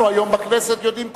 אנחנו היום בכנסת יודעים,